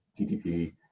TTP